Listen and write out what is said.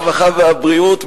הרווחה והבריאות,